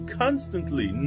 constantly